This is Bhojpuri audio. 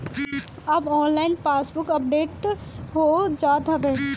अब ऑनलाइन पासबुक अपडेट हो जात हवे